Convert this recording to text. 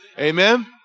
Amen